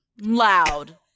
loud